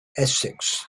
essex